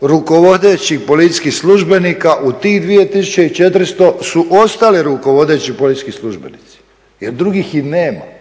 rukovodećih policijskih službenika u tih 2400 su ostali rukovodeći policijski službenici jer drugih i nemamo.